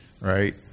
right